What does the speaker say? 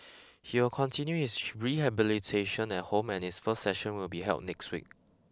he'll continue his rehabilitation at home and his first session will be held next week